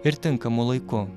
ir tinkamu laiku